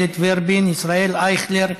איילת ורבין, ישראל אייכלר.